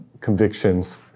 convictions